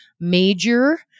major